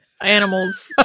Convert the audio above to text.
animals